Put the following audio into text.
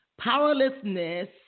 powerlessness